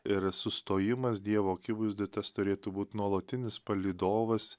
ir sustojimas dievo akivaizdoj tas turėtų būt nuolatinis palydovas